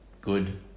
good